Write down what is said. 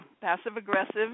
passive-aggressive